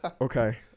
Okay